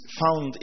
found